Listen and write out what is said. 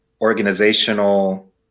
organizational